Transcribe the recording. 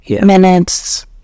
minutes